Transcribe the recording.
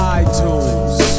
iTunes